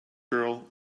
girl